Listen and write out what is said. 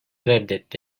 reddetti